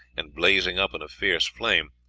and blazing up in a fierce flame,